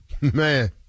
Man